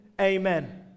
Amen